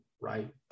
right